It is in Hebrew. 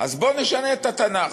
אז בואו נשנה את התנ"ך.